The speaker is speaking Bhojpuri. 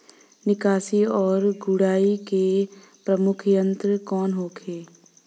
निकाई और गुड़ाई के प्रमुख यंत्र कौन होखे?